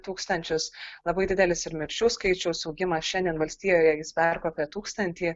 tūkstančius labai didelis ir mirčių skaičiaus augimas šiandien valstijoje jis perkopė tūkstantį